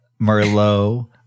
Merlot